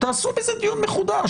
תעשו בזה דיון מחודש,